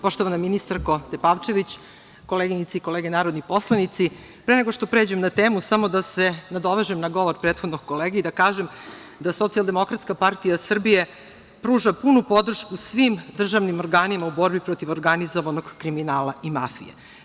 Poštovana ministarko Tepavčević, koleginice i kolege narodni poslanici, pre nego što pređem na temu samo da se nadovežem na govor prethodnog kolege i da kažem da SDPS pruža punu podršku svim državnim organima u borbi protiv organizovanog kriminala i mafije.